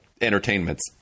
entertainments